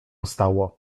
stało